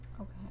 Okay